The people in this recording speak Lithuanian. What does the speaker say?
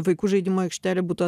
vaikų žaidimų aikštelė būtų